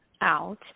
out